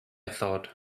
thought